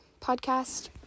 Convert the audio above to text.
podcast